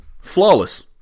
flawless